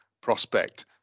prospect